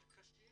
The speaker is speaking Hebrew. מאוד קשים,